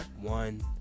One